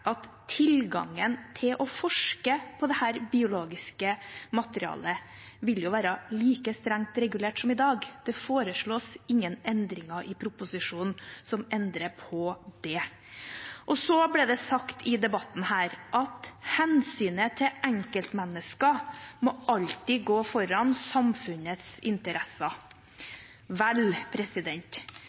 at tilgangen til å forske på dette biologiske materialet vil være like strengt regulert som i dag. Det foreslås ingen endringer i proposisjonen som endrer på det. Det ble sagt i debatten her at hensynet til enkeltmennesker alltid må gå foran samfunnets interesser. Vel,